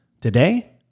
today